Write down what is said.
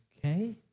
Okay